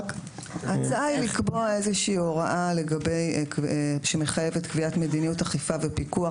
ההצעה היא לקבוע איזושהי הוראה שמחייבת קביעת מדיניות אכיפה ופיקוח,